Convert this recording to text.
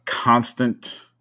constant